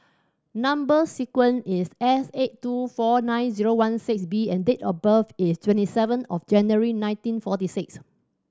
number sequence is S eight two four nine zero one six B and date of birth is twenty seven of January nineteen forty six